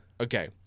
okay